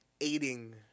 aiding